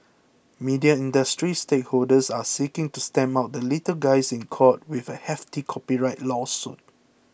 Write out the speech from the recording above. media industry stakeholders are seeking to stamp out the little guys in court with a hefty copyright lawsuit